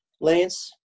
Lance